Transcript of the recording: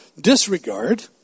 disregard